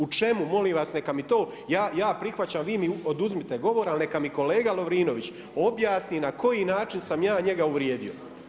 U čemu molim vas neka mi to, ja prihvaćam vi mi oduzmite govor, ali neka mi kolega Lovrinović objasni na koji način sam ja njega uvrijedio.